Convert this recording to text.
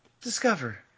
Discover